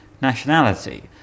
nationality